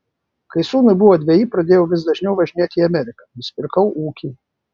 kai sūnui buvo dveji pradėjau vis dažniau važinėti į ameriką nusipirkau ūkį